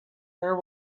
there